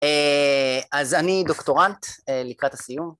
אז אני דוקטורנט, לקראת הסיום